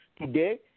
Today